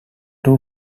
two